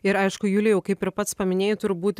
ir aišku julijau kaip ir pats paminėjai turbūt